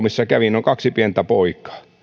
missä kävin on kaksi pientä poikaa ja